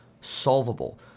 solvable